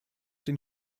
den